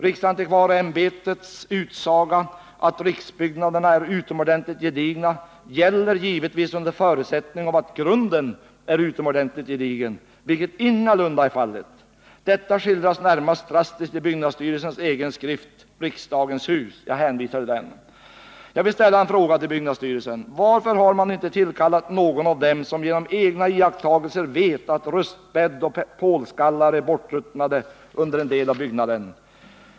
Riksantikvarieämbetets utsaga att riksbyggnaderna ”är utomordentligt gedigna” gäller givetvis under förutsättning att grunden är utomordentligt gedigen, vilket ingalunda är fallet. Detta skildras närmast drastiskt i byggnadsstyrelsens egen skrift Riksdagens hus. Jag hänvisar till den. Jag skulle vilja fråga byggnadsstyrelsen varför man inte tillkallat någon av dem som efter egna iakttagelser vet att rustbädd och pålskallar ruttnat sönder under en del av byggnaden.